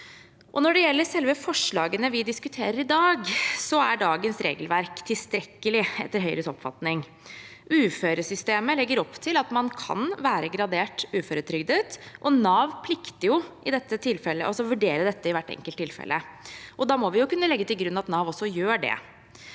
Når det gjelder selve forslagene vi diskuterer i dag, er dagens regelverk tilstrekkelig, etter Høyres oppfatning. Uføresystemet legger opp til at man kan være gradert uføretrygdet. Nav plikter å vurdere dette i hvert enkelt tilfelle, og da må vi jo kunne legge til grunn at Nav også gjør det.